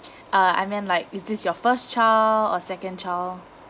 uh I meant like is this your first child or second child